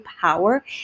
power